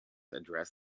address